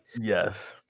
yes